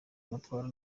amatwara